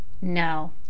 No